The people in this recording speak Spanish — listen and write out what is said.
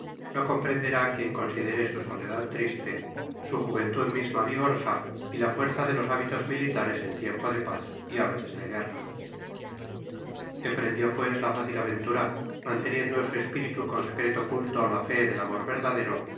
lo comprenderá quien considere su soledad triste su juventud misma vigorosa y la fuerza de los hábitos militares en tiempo de paz y a veces de guerra emprendió pues la fácil aventura manteniendo en su espíritu con secreto culto la fe del amor verdadero